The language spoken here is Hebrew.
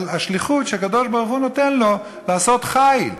השליחות שהקדוש-ברוך-הוא נותן לו לעשות חיל.